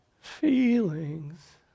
Feelings